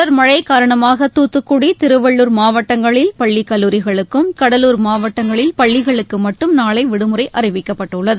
தொடர் மழை காரணமாக தூத்துக்குடி திருவள்ளுர் மாவட்டங்களில் பள்ளி கல்லூரிகளுக்கும் கடலூர் மாவட்டத்தில் பள்ளிகளுக்கு மட்டும் நாளை விடுமுறை அறிவிக்கப்பட்டுள்ளது